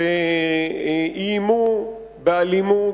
שאיימו באלימות,